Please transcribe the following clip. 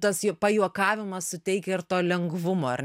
tas jo pajuokavimas suteikia ir to lengvumo ar